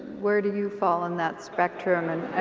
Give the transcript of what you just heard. where do you fall on that spectrum and